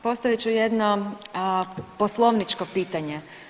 Postavit ću jedno poslovničko pitanje.